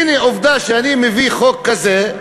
הנה, עובדה, שכשאני מביא חוק כזה,